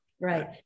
right